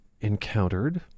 encountered